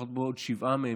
לפחות בשבע מהן,